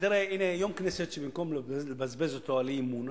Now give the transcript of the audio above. יום כנסת שבמקום לבזבז אותו על אי-אמון,